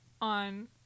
on